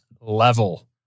level